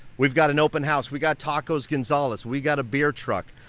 we've got an open house, we've got tacos gonzales, we've got a beer truck.